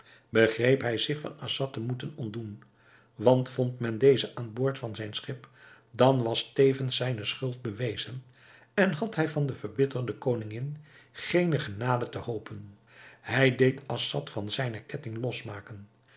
begreep hij zich van assad te moeten ontdoen want vond men dezen aan boord van zijn schip dan was tevens zijne schuld bewezen en had hij van de verbitterde koningin geene genade te hopen hij deed assad van zijne ketting losmaken